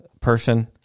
person